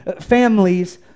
families